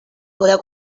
podeu